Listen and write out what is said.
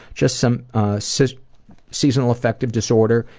just some ah so seasonal affective disorder,